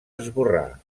esborrar